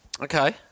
Okay